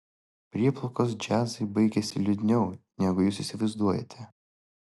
prieplaukos džiazai baigiasi liūdniau negu jūs įsivaizduojate